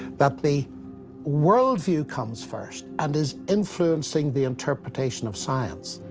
that the worldview comes first and is influencing the interpretation of science.